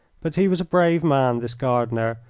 but he was a brave man, this gardener,